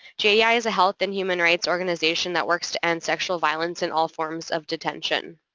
jdi yeah is a health and human rights organization that works to end sexual violence in all forms of detention.